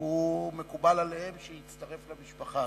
שמקובל עליהם שיצטרף למשפחה.